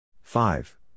five